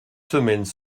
semaines